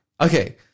Okay